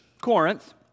Corinth